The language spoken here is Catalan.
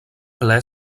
ple